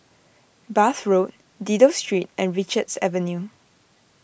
Bath Road Dido Street and Richards Avenue